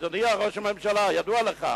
אדוני ראש הממשלה, ידוע לך,